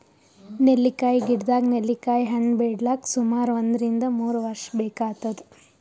ನೆಲ್ಲಿಕಾಯಿ ಗಿಡದಾಗ್ ನೆಲ್ಲಿಕಾಯಿ ಹಣ್ಣ್ ಬಿಡ್ಲಕ್ ಸುಮಾರ್ ಒಂದ್ರಿನ್ದ ಮೂರ್ ವರ್ಷ್ ಬೇಕಾತದ್